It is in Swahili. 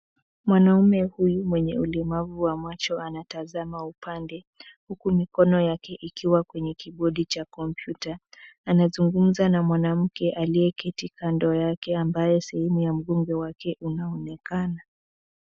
Mwanaume huyu mwenye ulemavu wa macho anatazama upande. Huku mikono yake ikiwa kwenye kibodi cha kompyuta. Anazungumza na mwanamke aliyeketi kando yake, ambayo sehemu ya mbunge wake unaonekana.